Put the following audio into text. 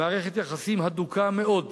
מערכת יחסים הדוקה מאוד,